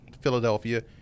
philadelphia